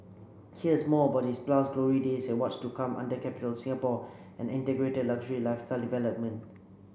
here's more about its past glory days and what's to come under Capitol Singapore and integrated luxury lifestyle development